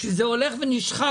שזה דבר שהולך ונשחק?